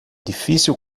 difícil